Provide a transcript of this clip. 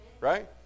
right